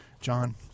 John